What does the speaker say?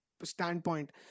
standpoint